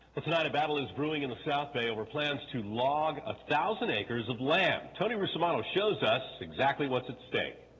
tonight, a battle is brewing in the south bay over plans to log one ah thousand acres of land. tony russomanno shows us exactly what's at stake.